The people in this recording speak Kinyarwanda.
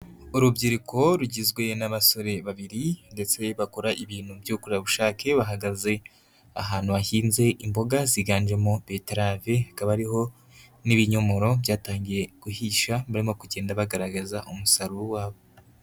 Urubyiruko rugizwe n'abasore babiri ndetse bakora ibintu by'ubukorerabushake bahagaze ahantu hahinze imboga ziganjemo beterave hakaba hariho n'ibinyomoro byatangiye guhisha baririmo kugenda bagaragaza umusaruro wabo.